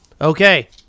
Okay